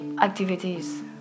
activities